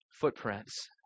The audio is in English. footprints